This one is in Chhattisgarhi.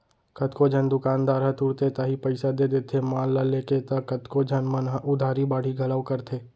कतको झन दुकानदार ह तुरते ताही पइसा दे देथे माल ल लेके त कतको झन मन ह उधारी बाड़ही घलौ करथे